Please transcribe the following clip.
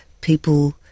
people